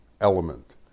element